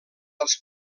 als